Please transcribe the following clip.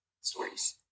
stories